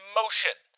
motion